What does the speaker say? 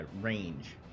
range